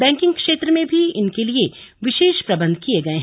banking क्षेत्र में भी इनके लिए विशेष प्रबंध किए गए हैं